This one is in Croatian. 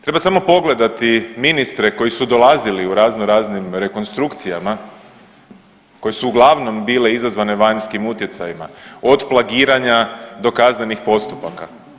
Treba samo pogledati ministre koji su dolazili u raznoraznim rekonstrukcijama, koje su uglavnom bile izazvane vanjskim utjecajima, od plagiranja do kaznenih postupaka.